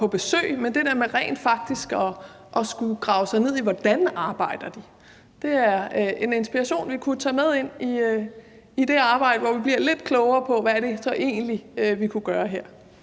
på besøg, men det der med rent faktisk at skulle grave sig ned i, hvordan de arbejder, er en inspiration, vi kunne tage med ind i det arbejde, hvor vi bliver lidt klogere på, hvad det så egentlig er, vi kunne gøre her.